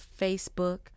Facebook